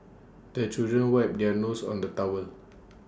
the children wipe their noses on the towel